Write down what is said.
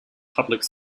public